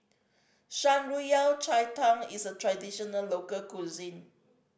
Shan Rui Yao Cai Tang is a traditional local cuisine